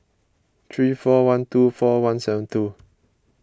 three four one two four one seven two